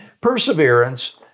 perseverance